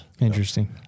Interesting